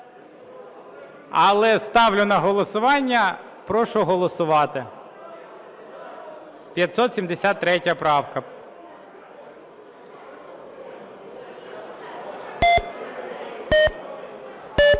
Але ставлю на голосування, прошу голосувати. 573 правка.